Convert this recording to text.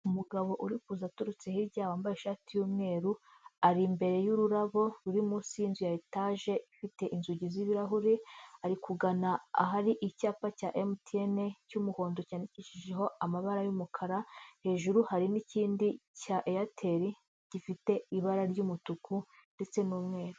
Umugabo uri kuza aturutse hirya wambaye ishati y'umweru, ari imbere y'ururabo ruri munsi y'inzu ya etage ifite inzugi z'ibirahuri, ari kugana ahari icyapa cya mtn cy'umuhondo cyandikishijeho amabara y'umukara, hejuru hari n'ikindi cya eyateri gifite ibara ry'umutuku ndetse n'umweru.